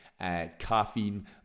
caffeine